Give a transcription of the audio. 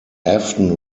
afton